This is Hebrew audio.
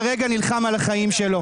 וכרגע נלחם על החיים שלו.